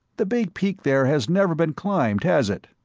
the big peak there has never been climbed, has it?